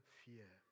fear